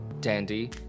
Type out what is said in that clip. dandy